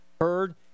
heard